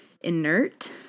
inert